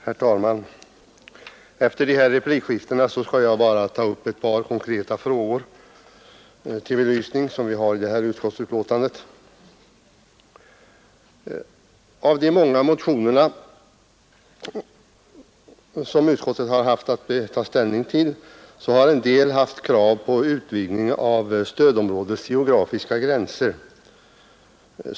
Herr talman! Efter de här replikskiftena skall jag bara ta upp ett par konkreta frågor, som behandlas i inrikesutskottets betänkande nr 7, till belysning. Av de många motioner som utskottet haft att ta ställning till innehåller en del krav på utvidgning av stödområdets geografiska gränser.